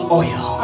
oil